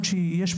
השנה,